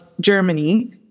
Germany